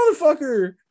motherfucker